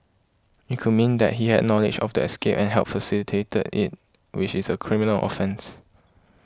it could mean that he had knowledge of the escape and helped facilitate it which is a criminal offence